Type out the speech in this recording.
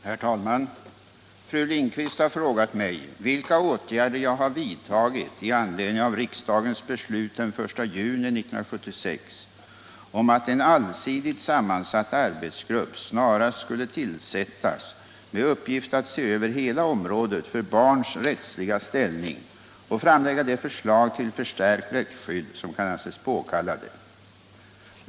Herr talman! Fru Lindquist har frågat mig vilka åtgärder jag har vidtagit i anledning av riksdagens beslut den 1 juni 1976 om att en allsidigt sammansatt arbetsgrupp snarast skulle tillsättas med uppgift att se över hela området för barns rättsliga ställning och framlägga de förslag till förstärkt rättsskydd som kan anses påkallade.